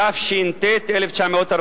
התש"ט 1949,